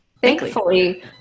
Thankfully